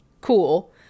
cool